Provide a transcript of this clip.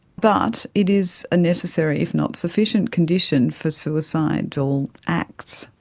but it is a necessary if not sufficient condition for suicidal acts.